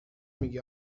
میگی